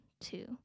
two